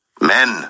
Men